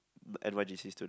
n_y_j_c student